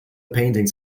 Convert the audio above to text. paintings